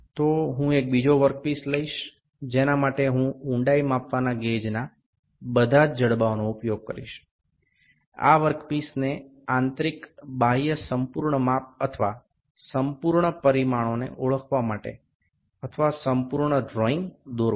તો હું એક બીજો વર્કપીસ લઈશ જેના માટે હું ઊંડાઈ માપવાના ગેજના બધા જ જડબાઓનો ઉપયોગ કરીશ આ વર્કપીસને આંતરિક બાહ્ય સંપૂર્ણ માપ અથવા સંપૂર્ણ પરિમાણોને ઓળખવા માટે અથવા સંપૂર્ણ ડ્રોઇંગ દોરવા માટે